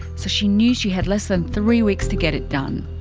so she knew she had less than three weeks to get it done.